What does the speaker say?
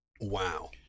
wow